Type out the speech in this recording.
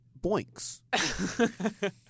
boinks